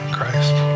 Christ